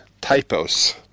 typos